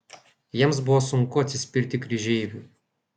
jiems buvo sunku atsispirti kryžeiviui